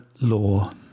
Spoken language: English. law